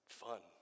fun